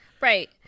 Right